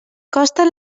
costen